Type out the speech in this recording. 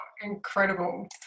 incredible